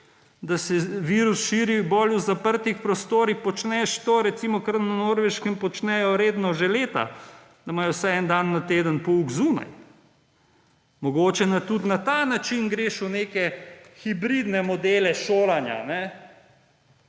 da se virus širi bolj v zaprtih prostorih, počneš to, recimo, kar na Norveškem počnejo redno že leta, da imajo vsaj eden dan na teden pouk zunaj. Mogoče tudi na ta način greš v neke hibridne modele šolanja,